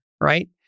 right